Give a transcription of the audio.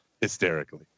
hysterically